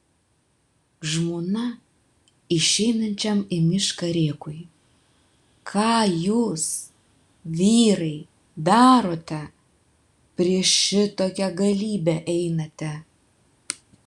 žmona išeinančiam į mišką rėkui ką jūs vyrai darote prieš šitokią galybę einate